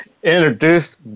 Introduce